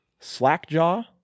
Slackjaw